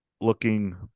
looking